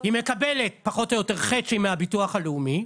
היא מקבלת פחות או יותר חצי מהביטוח הלאומי,